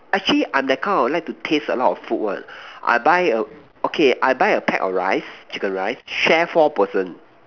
actually I'm that kind of like to taste a lot of food one I buy a okay I buy a pack of rice chicken rice share four person